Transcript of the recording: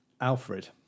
alfred